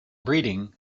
breeding